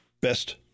Best